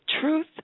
Truth